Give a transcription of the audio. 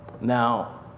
Now